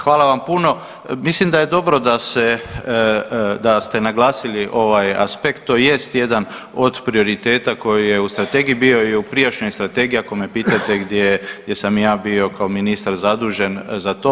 Hvala vam puno, mislim da je dobro da se, da ste naglasili ovaj aspekt to jest jedan o prioriteta koji je u strategiji, bio je i u prijašnjoj strategiji ako me pitate gdje, gdje sam ja bio kao ministar zadužen za to.